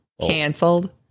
Canceled